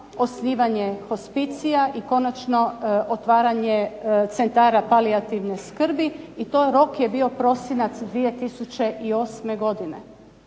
osnivanje hospicija i konačno otvaranje centara palijativne skrbi i to rok je bio prosinac 2008. godine,